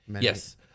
Yes